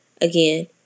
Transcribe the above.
Again